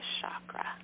chakra